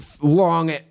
long